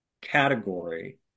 category